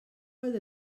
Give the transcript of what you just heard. oedd